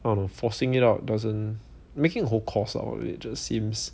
I don't know forcing it out doesn't making a whole course out of it just seems